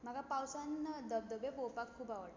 म्हाका पावसांत धबधबे पळोवपाक खूब आवडटा